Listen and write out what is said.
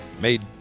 Made